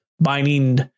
Binding